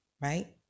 right